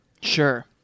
Sure